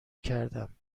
کردم